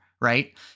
right